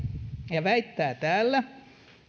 ja on väittänyt täällä